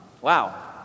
Wow